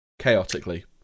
Chaotically